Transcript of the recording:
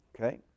Okay